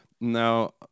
now